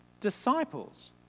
disciples